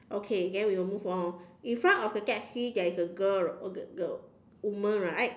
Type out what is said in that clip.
okay then we will move on in front of the taxi there is a girl right girl girl woman right